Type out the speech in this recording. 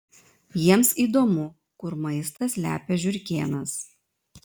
jiems įdomu kur maistą slepia žiurkėnas